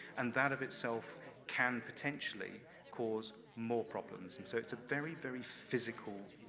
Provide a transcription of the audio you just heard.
and that of itself can potentially cause more problems, and so, it's a very, very physical